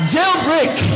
Jailbreak